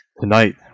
tonight